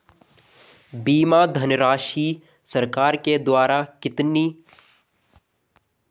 बीमा धनराशि सरकार के द्वारा न्यूनतम कितनी रखी गई है?